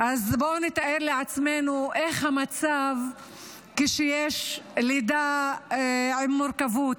אז בואו ונתאר לעצמנו איך המצב כשיש לידה עם מורכבות,